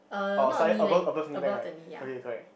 oh so I above above knee length right okay correct